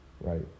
right